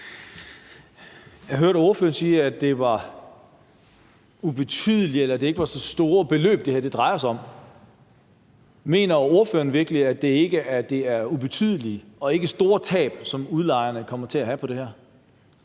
Jeg hørte ordføreren sige, at det er ubetydelige eller ikke så store beløb, det her drejer sig om. Mener ordføreren virkelig, at det er ubetydelige og ikke store tab, som udlejerne kommer til at have i